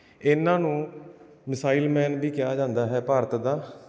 ਇਹਨਾਂ ਨੂੰ missile man ਵੀ ਕਿਹਾ ਜਾਂਦਾ ਹੈ ਭਾਰਤ ਦਾ